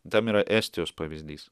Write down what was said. tam yra estijos pavyzdys